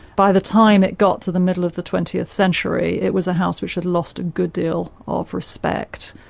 by the time it got to the middle of the twentieth century, it was a house which had lost a good deal of respect,